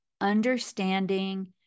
Understanding